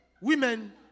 Women